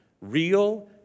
real